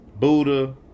Buddha